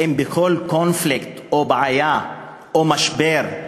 האם בכל קונפליקט או בעיה או משבר,